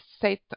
set